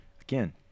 Again